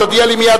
תודיע לי מייד,